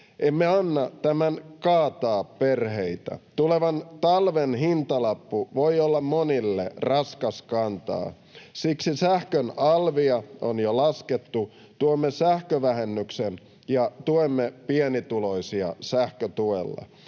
Emme anna tämän kaataa perheitä. Tulevan talven hintalappu voi olla monille raskas kantaa. Siksi sähkön alvia on jo laskettu, tuomme sähkövähennyksen ja tuemme pienituloisia sähkötuella.